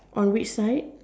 on which side